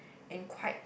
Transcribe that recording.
and quite